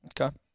okay